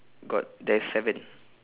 got there's seven